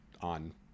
on